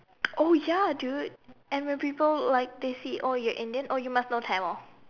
ya dude and when people like they see you're Indian you must know Tamil